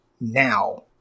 now